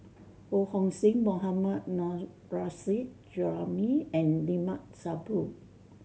Ho Hong Sing Mohammad Nurrasyid Juraimi and Limat Sabtu